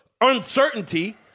uncertainty